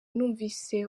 numvise